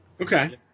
Okay